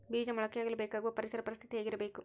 ಬೇಜ ಮೊಳಕೆಯಾಗಲು ಬೇಕಾಗುವ ಪರಿಸರ ಪರಿಸ್ಥಿತಿ ಹೇಗಿರಬೇಕು?